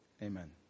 Amen